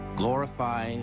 glorify